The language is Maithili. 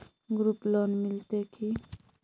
ग्रुप लोन मिलतै की?